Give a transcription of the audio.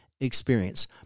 experience